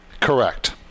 Correct